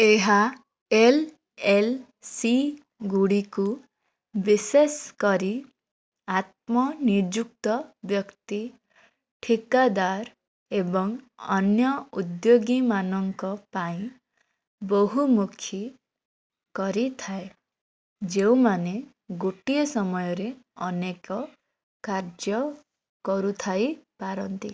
ଏହା L L C ଗୁଡ଼ିକୁ ବିଶେଷ କରି ଆତ୍ମନିଯୁକ୍ତ ବ୍ୟକ୍ତି ଠିକାଦାର ଏବଂ ଅନ୍ୟ ଉଦ୍ୟୋଗୀମାନଙ୍କ ପାଇଁ ବହୁମୁଖୀ କରିଥାଏ ଯେଉଁମାନେ ଗୋଟିଏ ସମୟରେ ଅନେକ କାର୍ଯ୍ୟ କରୁଥାଇପାରନ୍ତି